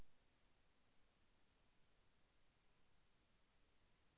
జొన్న కోయడానికి ఉత్తమ పరికరం ఏది?